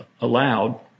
allowed